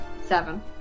Seven